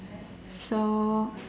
so